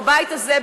בבית הזה,